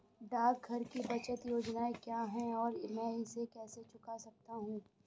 डाकघर की बचत योजनाएँ क्या हैं और मैं इसे कैसे चुन सकता हूँ?